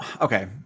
Okay